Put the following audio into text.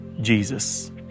Jesus